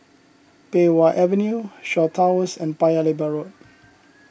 Pei Wah Avenue Shaw Towers and Paya Lebar Road